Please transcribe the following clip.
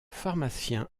pharmacien